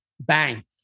bang